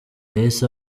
yahise